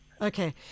Okay